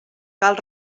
cal